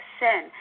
sin